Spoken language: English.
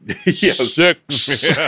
six